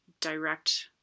direct